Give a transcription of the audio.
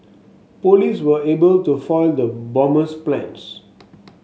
police were able to foil the bomber's plans